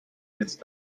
ist